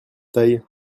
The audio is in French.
taille